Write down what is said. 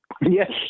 Yes